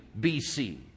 BC